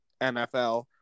NFL